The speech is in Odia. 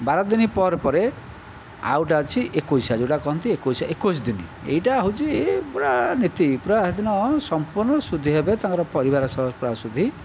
ବାର ଦିନ ପରେ ପରେ ଆଉ ଗୋଟିଏ ଅଛି ଏକୋଇଶିଆ ଯେଉଁଟା କହନ୍ତି ଏକୋଇଶିଆ ଏକୋଇଶ ଦିନି ଏଇଟା ହେଉଛି ପୁରା ନୀତି ପୁରା ସେଦିନ ସମ୍ପୂର୍ଣ୍ଣ ଶୁଦ୍ଧି ହେବେ ତାଙ୍କର ପରିବାର ସହ ପୁରା ଶୁଦ୍ଧି